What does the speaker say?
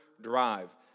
drive